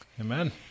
Amen